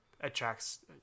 attracts